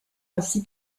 ainsi